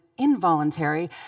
involuntary